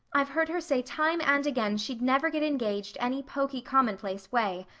i've heard her say time and again she'd never get engaged any poky commonplace way.